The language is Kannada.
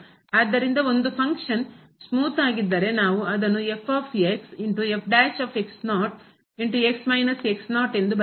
ಆದ್ದರಿಂದ ಒಂದು ಫಂಕ್ಷನ್ ಕಾರ್ಯ ಸ್ಮೂತ್ ಮೆದು ಆಗಿದ್ದರೆ ನಾವು ಅದನ್ನು ಎಂದು ಬರೆಯಬಹುದು